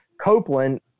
Copeland